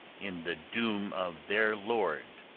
in the doom of their lord,